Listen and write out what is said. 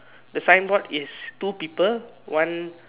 the signboard is two people one